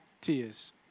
tears